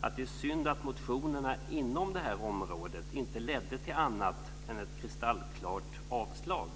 att det är synd att motionerna inom detta område inte ledde till något annat än ett kristallklart avstyrkande.